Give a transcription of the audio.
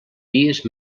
dies